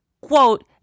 quote